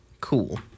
Cool